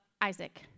Isaac